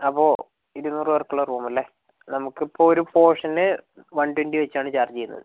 അപ്പോൾ ഇരുനൂറ് പേർക്കുള്ള റൂം അല്ലേ നമുക്ക് ഇപ്പോൾ ഒരു പോർഷന് വൺ ട്വൻറ്റി വെച്ചാണ് ചാർജ് ചെയ്യുന്നത്